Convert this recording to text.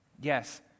Yes